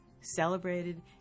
celebrated